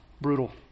brutal